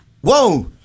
Whoa